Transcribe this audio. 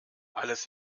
alles